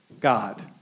God